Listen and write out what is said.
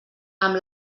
amb